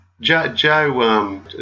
Joe